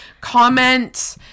comment